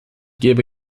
gebe